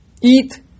eat